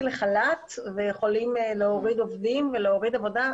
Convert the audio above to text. לחל"ת ויכולים להוריד עובדים ולהוריד עבודה,